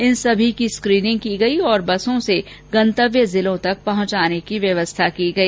इन सभी की स्कीनिंग की गई और बसों से गंतव्य जिलों तक पहुंचाने की व्यवस्था की गई